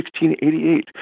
1688